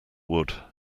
wood